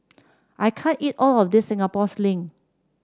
I can't eat all of this Singapore Sling